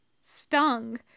Stung